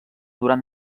durant